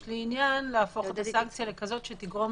יש לי עניין להפוך את הסנקציה לכזאת שתגרום